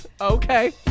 Okay